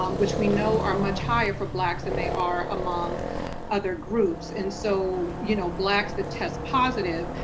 um which we know are much higher for blacks than they are among other groups, and so, you know, blacks that test positive,